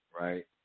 right